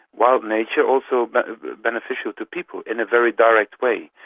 wild nature also but beneficial to people in a very direct way?